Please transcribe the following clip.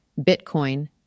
Bitcoin